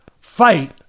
fight